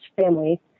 family